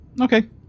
Okay